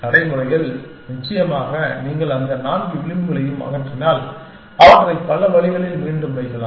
நடைமுறையில் நிச்சயமாக நீங்கள் அந்த நான்கு விளிம்புகளையும் அகற்றினால் அவற்றை பல வழிகளில் மீண்டும் வைக்கலாம்